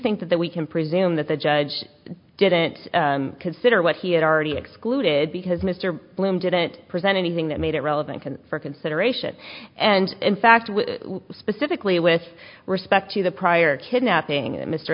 think that we can presume that the judge didn't consider what he had already excluded because mr bloom didn't present anything that made it relevant for consideration and in fact specifically with respect to the prior kidnapping